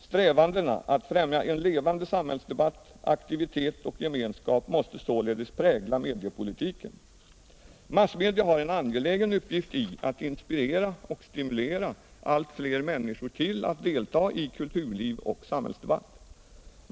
Strävandena att främja en levande samhällsdebatt, aktivitet och gemenskap måste således prägla mediepolitiken. Massmedia har en angelägen uppgift i att inspirera och stimulera allt fler människor till att delta i kulturliv och samhällsdebatt.